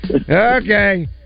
Okay